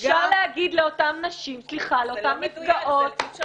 אפשר להגיד לאותן נפגעות -- אי אפשר